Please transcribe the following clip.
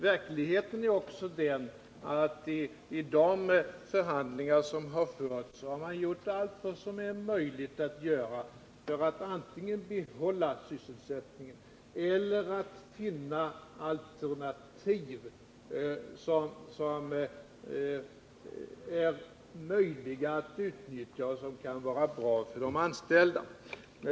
Verkligheten är också den, att det i de förhandlingar som har förts har gjorts allt som är möjligt att göra för att antingen behålla sysselsättningen eller också finna alternativ som är möjliga att utnyttja och som kan vara bra för de anställda.